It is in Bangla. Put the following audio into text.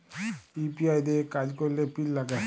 ইউ.পি.আই দিঁয়ে কাজ ক্যরলে পিল লাগে